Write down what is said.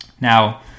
Now